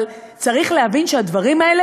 אבל צריך להבין שהדברים האלה